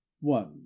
One